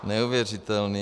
Neuvěřitelné.